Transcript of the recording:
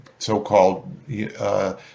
so-called